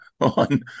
on